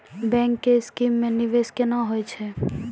Bank के scheme मे निवेश केना होय छै?